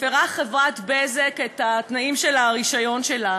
מפרה חברת "בזק" את התנאים של הרישיון שלה.